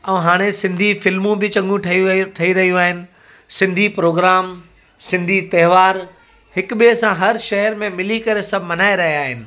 ऐं हाणे सिंधी फिल्मूं बि चङियूं ठही वेयूं ठही रहियूं आहिनि सिंधी प्रोग्राम सिंधी त्योहार हिकु ॿिए सां हर शहर में मिली करे सभु मल्हाए रहिया आहिनि